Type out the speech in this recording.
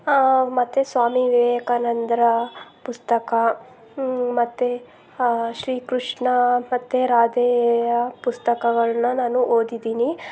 ಮತ್ತು ಸ್ವಾಮಿ ವಿವೇಕಾನಂದರ ಪುಸ್ತಕ ಮತ್ತು ಶ್ರೀಕೃಷ್ಣ ಮತ್ತು ರಾಧೆಯ ಪುಸ್ತಕಗಳನ್ನ ನಾನು ಓದಿದ್ದೀನಿ